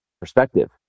Perspective